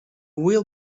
will